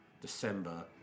December